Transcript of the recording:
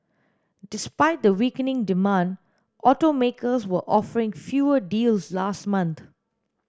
despite the weakening demand automakers were offering fewer deals last month